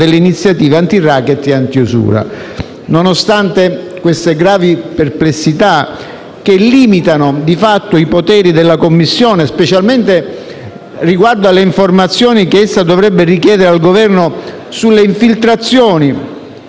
delle iniziative antiracket e antiusura. Nonostante queste gravi perplessità, che limitano di fatto i poteri della Commissione, specialmente riguardo alle informazioni che essa dovrebbe richiedere al Governo sulle infiltrazioni